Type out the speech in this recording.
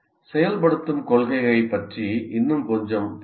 செயல்படுத்தும் கொள்கையைப் பற்றி இன்னும் கொஞ்சம் பார்ப்போம்